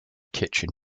kitchen